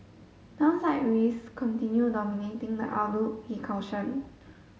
downside risks continue dominating the outlook he cautioned